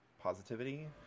positivity